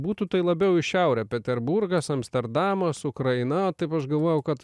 būtų tai labiau į šiaurę peterburgas amsterdamas ukraina taip aš galvojau kad